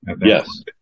Yes